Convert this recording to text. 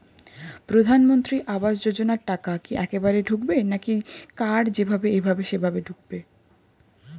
প্রধানমন্ত্রী আবাস যোজনার টাকা কি একবারে ঢুকবে নাকি কার যেভাবে এভাবে সেভাবে ঢুকবে?